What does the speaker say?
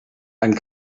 and